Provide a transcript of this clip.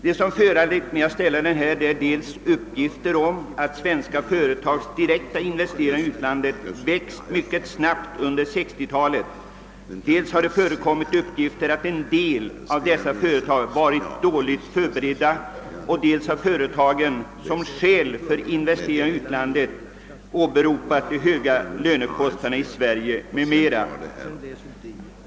Det som föranlett mig att ställa frågan är dels uppgifter om att svenska företags direkta investeringar i utlandet växt mycket snabbt under 1960 talet, dels att en del av dessa företag varit dåligt förberedda, dels att företagen som skäl för investeringar i utlandet åberopat de höga lönekostnaderna i Sverige m.m.